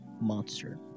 monster